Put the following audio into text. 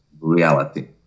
reality